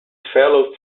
fellow